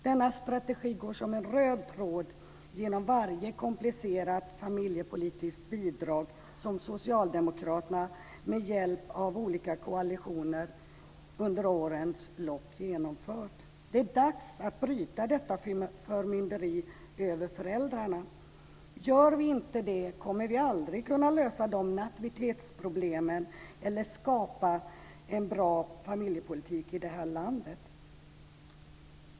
Denna strategi går som en röd tråd genom varje komplicerat familjepolitiskt bidrag som socialdemokraterna med hjälp av olika koalitioner under årens lopp har infört. Det är dags att bryta detta förmynderi över föräldrarna. Gör vi inte det kommer vi aldrig att kunna lösa nativitetsproblemen eller skapa en bra familjepolitik i det här landet.